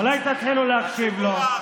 אולי תתחילו להקשיב לו?